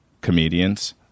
comedians